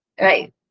right